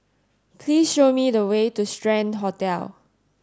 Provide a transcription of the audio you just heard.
please show me the way to Strand Hotel